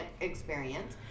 experience